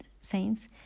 saints